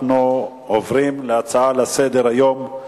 אנחנו עוברים להצעות לסדר-היום בנושא: